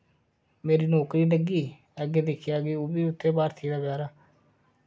मेरी नौकरी लग्गी अग्गै दिक्खेआ के ओह् बी उत्थै भर्ती होए दा